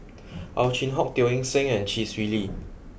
Ow Chin Hock Teo Eng Seng and Chee Swee Lee